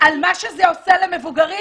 על מה שזה עושה למבוגרים,